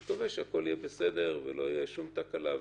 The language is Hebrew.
אני מקווה שהכול יהיה בסדר ולא תהיה שום תקלה.